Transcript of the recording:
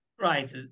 Right